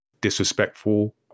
disrespectful